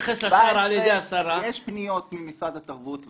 יש פניות ממשרד התרבות והספורט,